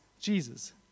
Jesus